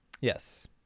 Yes